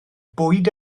bwyd